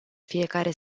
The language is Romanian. fiecare